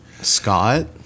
Scott